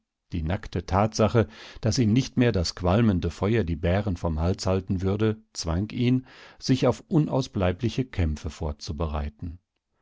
die nackte tatsache daß ihm nicht mehr das qualmende feuer die bären vom halse halten würde zwang ihn sich auf unausbleibliche kämpfe vorzubereiten